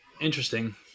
Interesting